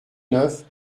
neuf